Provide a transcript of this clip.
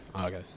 Okay